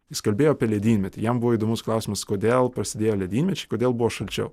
jis kalbėjo apie ledynmetį jam buvo įdomus klausimas kodėl prasidėjo ledynmečiai kodėl buvo šalčiau